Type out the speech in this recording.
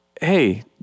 hey